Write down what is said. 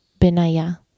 Benaya